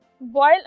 Boil